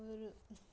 होर